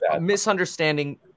misunderstanding